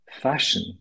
fashion